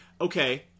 okay